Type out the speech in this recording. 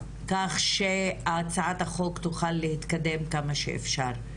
כך שהצעת החוק תוכל להתקדם כמה שאפשר.